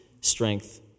strength